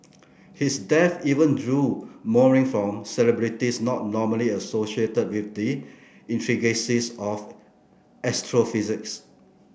his death even drew mourning from celebrities not normally associated with the intricacies of astrophysics